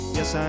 Yes